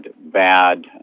bad